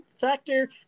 factor